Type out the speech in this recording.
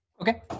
Okay